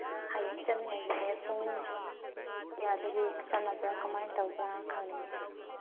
ꯍꯌꯦꯡ ꯆꯠꯅꯉꯥꯏꯒꯤꯅꯦ ꯄꯨꯡ ꯀꯌꯥꯗꯒꯤ ꯆꯠꯅꯕ꯭ꯔꯥ ꯀꯃꯥꯏꯅ ꯇꯧꯕ꯭ꯔꯥ ꯈꯪꯅꯤꯡꯉꯦ